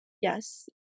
Yes